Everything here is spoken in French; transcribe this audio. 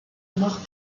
mort